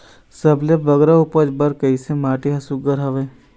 सबले बगरा उपज बर किसे माटी हर सुघ्घर हवे?